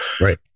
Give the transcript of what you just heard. right